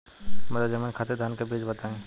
मध्य जमीन खातिर धान के बीज बताई?